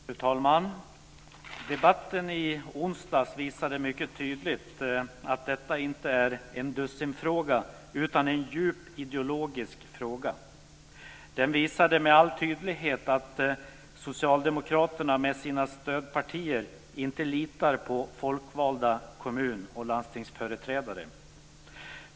Fru talman! Debatten i onsdags visade mycket tydligt att detta inte är en dussinfråga utan en djupt ideologisk fråga. Den visade med all tydlighet att Socialdemokraterna och deras stödpartier inte litar på folkvalda kommun och landstingsföreträdare.